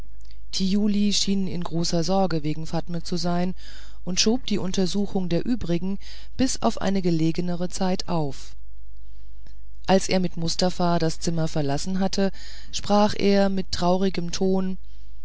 thiuli schien in großen sorgen wegen fatme zu sein und schob die untersuchung der übrigen bis auf eine gelegenere zeit auf als er mit mustafa das zimmer verlassen hatte sprach er mit traurigem ton